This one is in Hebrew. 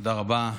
תודה רבה.